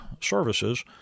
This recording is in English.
services